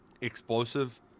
explosive